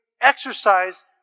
exercise